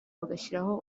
bagashyiraho